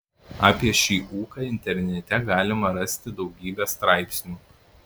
apie šį ūką internete galima rasti daugybę straipsnių